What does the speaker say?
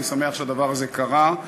אני שמח שהדבר הזה קרה.